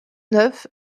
neuf